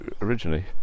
originally